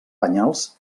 penyals